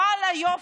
ואללה יופי,